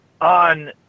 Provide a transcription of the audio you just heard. on